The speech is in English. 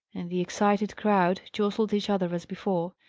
and the excited crowd jostled each other as before,